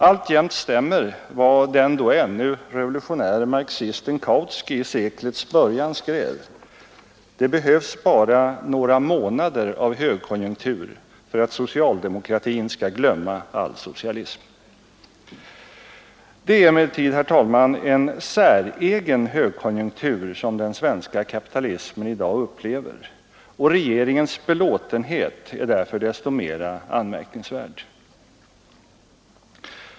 Alltjämt stämmer vad den då ännu revolutionäre marxisten Kautsky i seklets början skrev: ”Det behövs bara några år av högkonjunktur för att socialdemokratin skall glömma all socialism.” Det är emellertid, herr talman, en säregen högkonjunktur som den svenska kapitalismen i dag upplever och regeringens belåtenhet är därför dessto mer anmärkningsvärd.